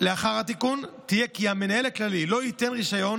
לאחר התיקון תהיה כי המנהל הכללי לא ייתן רישיון